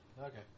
Okay